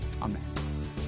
amen